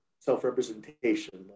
self-representation